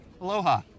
Aloha